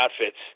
outfits